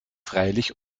freilich